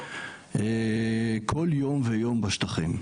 כל יום ויום בשטחים.